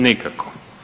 Nikako.